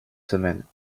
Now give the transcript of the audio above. semaines